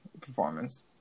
performance